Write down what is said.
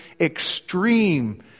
extreme